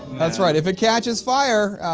that's right if it catches fire,